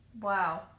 Wow